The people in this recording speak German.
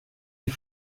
die